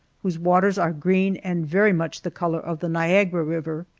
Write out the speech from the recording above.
whose waters are green and very much the color of the niagara river.